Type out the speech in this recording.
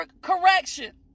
correction